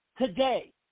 today